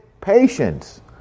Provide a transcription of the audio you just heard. Patience